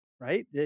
right